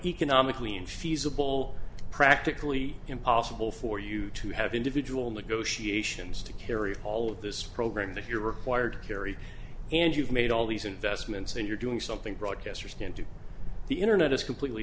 economically unfeasible practically impossible for you to have individual negotiations to carry all of this program that you're required to carry and you've made all these investments and you're doing something broadcasters can't do the internet is completely